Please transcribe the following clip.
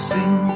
Sing